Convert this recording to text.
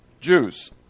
Jews